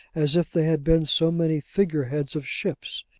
as if they had been so many figure-heads of ships.